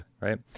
Right